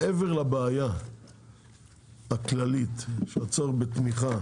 מעבר לבעיה הכללית של הצורך בתמיכה